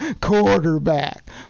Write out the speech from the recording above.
quarterback